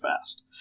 fast